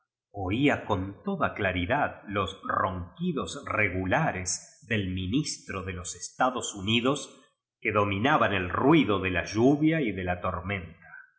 oía ron toda claridad los ronquidos regu lares del ministril de los estados unidos que dominaban el ruido le la lluvia y de la tormenta